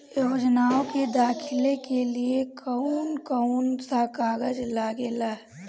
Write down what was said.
योजनाओ के दाखिले के लिए कौउन कौउन सा कागज लगेला?